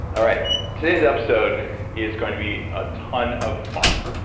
all right, today's episode is going to be a ton of fun,